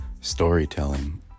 storytelling